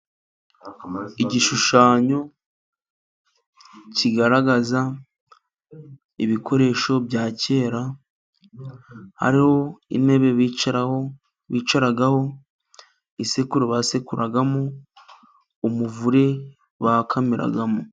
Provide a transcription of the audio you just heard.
Igishushanyo kigaragaza ibikoresho bya kera, hariho intebe bicaragaho, isekuru basekuriramo, umuvure bakamiramo.